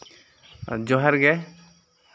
ᱡᱚᱦᱟᱨ ᱜᱮ